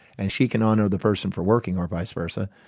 and she can honour the person for working, or vice versa,